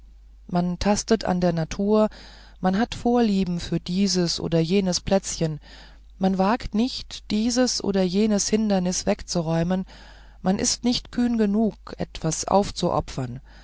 man tastet an der natur man hat vorliebe für dieses oder jenes plätzchen man wagt nicht dieses oder jenes hindernis wegzuräumen man ist nicht kühn genug etwas aufzuopfern